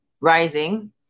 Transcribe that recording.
rising